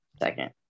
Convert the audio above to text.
Second